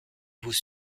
vous